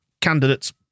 Candidates